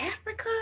Africa